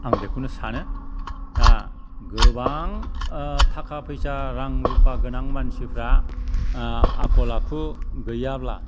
आं बेखौनो सानो दा गोबां थाखा फैसा रां रुफा गोनां मानसिफ्रा आखल आखु गैयाब्ला